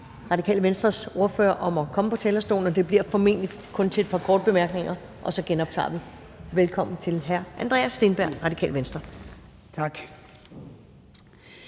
Radikale Venstres ordfører om at komme på talerstolen. Det bliver formentlig kun til et par korte bemærkninger, og så genoptager vi mødet efter frokost. Velkommen til hr. Andreas Steenberg, Radikale Venstre. Kl.